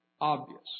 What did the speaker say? obvious